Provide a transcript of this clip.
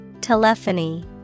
Telephony